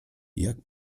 jak